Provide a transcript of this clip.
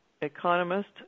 economist